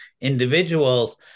individuals